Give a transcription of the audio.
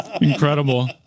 Incredible